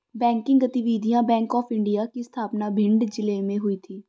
banking गतिविधियां bank of India की स्थापना भिंड जिले में हुई थी